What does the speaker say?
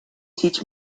teach